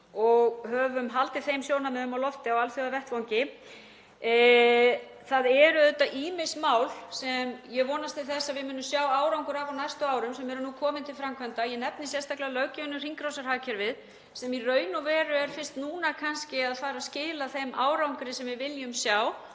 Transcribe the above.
við höfum haldið þeim sjónarmiðum á lofti á alþjóðavettvangi. Það eru auðvitað ýmis mál sem ég vonast til þess að við munum sjá árangur af á næstu árum sem eru nú komin til framkvæmda. Ég nefni sérstaklega löggjöfina um hringrásarhagkerfið sem í raun og veru er fyrst núna kannski að fara að skila þeim árangri sem við viljum sjá